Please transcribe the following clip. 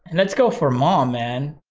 and let's go for mom, man.